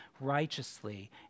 righteously